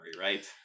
right